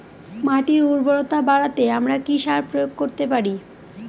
মাটির উর্বরতা বাড়াতে আমরা কি সার প্রয়োগ করতে পারি?